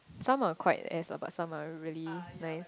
some are quite ass lah but some are really nice